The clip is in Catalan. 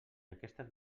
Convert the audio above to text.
aquestes